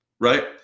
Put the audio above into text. right